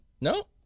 No